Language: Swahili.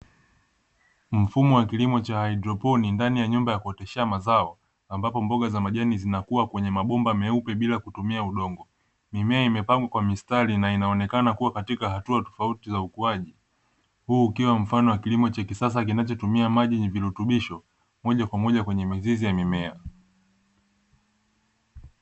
Mfumo wa kilimo cha haidroponi ndani ya nyumba ya kuoteshea mazao ambapo mboga za majani za zinakuwa kwenye mabomba bila kutumia udongo, mimea imepangwa kwa mistari na inaonekana kuwa katika hatua tofauti za ukuaji, huu ni mfano wa kilimo cha kisasa kinachotumia maji yenye virutubisho moja kwa moja kwenye mizizi ya mimea.